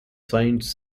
signs